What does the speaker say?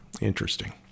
Interesting